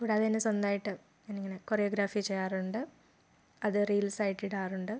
കൂടാതെ എൻ്റെ സ്വന്തമായിട്ട് ഞാൻ ഇങ്ങനെ കൊറിയോഗ്രാഫി ചെയ്യാറുണ്ട് അത് റീൽസ് ആയിട്ട് ഇടാറുണ്ട്